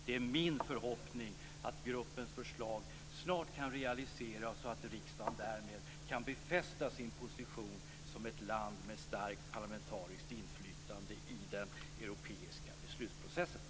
Det är min förhoppning att gruppens förslag snart kan realiseras så att riksdagen därmed kan befästa sin position som ett land med starkt parlamentariskt inflytande i den europeiska beslutsprocessen.